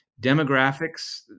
demographics